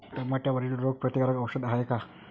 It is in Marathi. टमाट्यावरील रोग प्रतीकारक औषध हाये का?